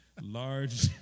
large